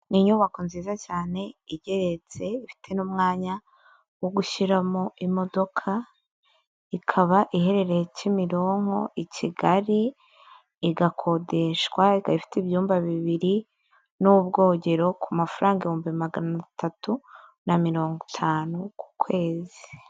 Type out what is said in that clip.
Ni inyubako nziza cyane igeretse, ifite n'umwanya wo gushyiramo imodoka, ikaba iherereye Kimironko, i Kigali, igakodeshwa, ikaba ifite ibyumba bibiri n'ubwogero ku mafaranga ibihumbi magana atatu na mirongo itanu ku kwezi.